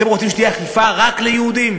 אתם רוצים שתהיה אכיפה רק ליהודים?